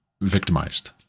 victimized